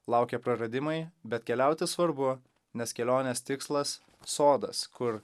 laukia praradimai bet keliauti svarbu nes kelionės tikslas sodas kur